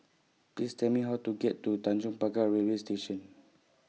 Please Tell Me How to get to Tanjong Pagar Railway Station